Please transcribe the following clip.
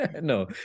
no